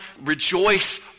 rejoice